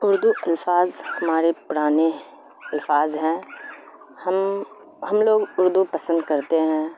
اردو الفاظ ہمارے پرانے الفاظ ہیں ہم ہم لوگ اردو پسند کرتے ہیں